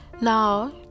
Now